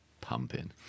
pumping